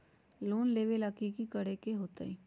Loan लेबे ला की कि करे के होतई?